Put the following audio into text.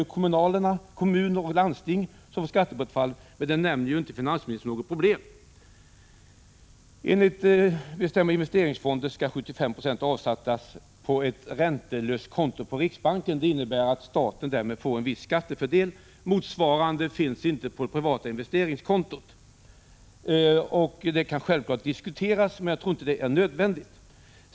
Kommuner och landsting får också ett skattebortfall, men det nämner inte finansministern som något problem. Enligt bestämmelserna för investeringsfonder skall 75 96 avsättas på ett räntelöst konto i riksbanken. Det innebär att staten därmed får en viss skattefördel. Motsvarande regel föreslås inte för det privata investeringskontot. En sådan kan självfallet diskuteras, men jag tror inte att den är nödvändig.